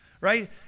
right